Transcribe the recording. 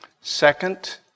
Second